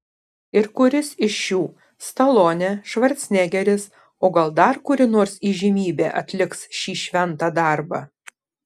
ir kuris iš šių stalonė švarcnegeris o gal dar kuri nors įžymybė atliks šį šventą darbą